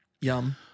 Yum